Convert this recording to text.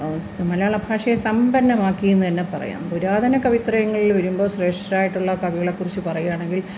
മലയാളഭാഷയെ സമ്പന്നമാക്കി എന്നുതന്നെ പറയാം പുരാതന കവിത്രയങ്ങളില് വരുമ്പോള് ശ്രേഷ്ഠരായിട്ടുള്ള കവികളെക്കുറിച്ച് പറയാണെങ്കിൽ